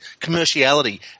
commerciality